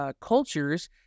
cultures